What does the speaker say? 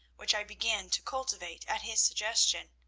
which i began to cultivate at his suggestion.